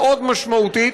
מאוד משמעותית,